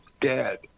dead